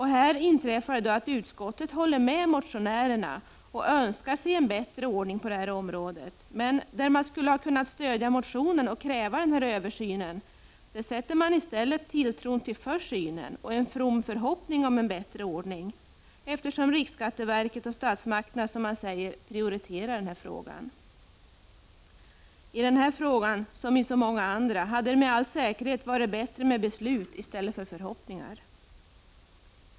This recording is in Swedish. Här inträffar att utskottet håller med motionärerna och önskar sig en bättre ordning på detta område, men där man skulle ha kunnat stödja motionen och kräva den här översynen sätter utskottet i stället sin tilltro till försynen och en from förhoppning om en bättre ordning, eftersom riksskatteverket och statsmakterna, som man säger, prioriterar denna fråga. I den här frågan som i så många andra, hade det med all säkerhet varit bättre med beslut i stället för förhoppningar.